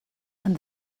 and